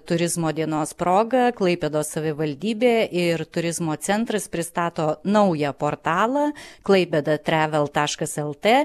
turizmo dienos proga klaipėdos savivaldybė ir turizmo centras pristato naują portalą klaipėda travel taškas lt